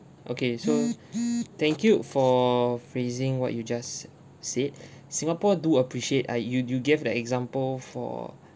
okay so thank you for phrasing what you just said singapore do appreciate I you you gave the example for